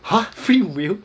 !huh! free will